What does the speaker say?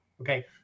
okay